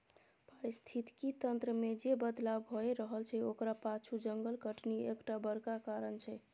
पारिस्थितिकी तंत्र मे जे बदलाव भए रहल छै ओकरा पाछु जंगल कटनी एकटा बड़का कारण छै